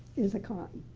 is a con.